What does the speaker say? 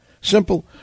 Simple